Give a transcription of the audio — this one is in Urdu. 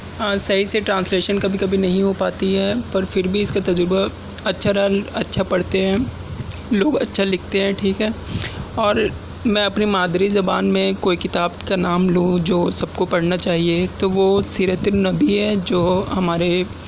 صحیح سے ٹرانسلیشن کبھی کبھی نہیں ہو پاتی ہے پر پھر بھی اس کا تجربہ اچھا رہا اچھا پڑھتے ہیں لوگ اچھا لکھتے ہیں ٹھیک ہے اور میں اپنی مادری زبان میں کوئی کتاب کا نام لوں جو سب کو پڑھنا چاہیے تو وہ سیرت النبی ہے جو ہمارے